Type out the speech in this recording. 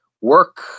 work